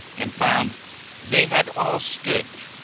and found they had all stood,